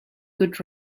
good